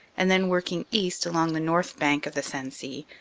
and then working east along the north bank of the sensee,